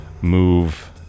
move